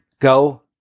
Go